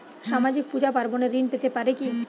সামাজিক পূজা পার্বণে ঋণ পেতে পারে কি?